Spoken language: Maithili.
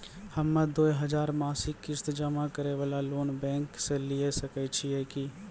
हम्मय दो हजार मासिक किस्त जमा करे वाला लोन बैंक से लिये सकय छियै की?